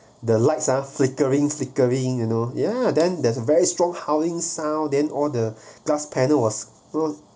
the lights ah flickering flickering you know ya then there's a very strong howling sound then all the glass panel was don't know